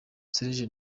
serge